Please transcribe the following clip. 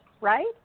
right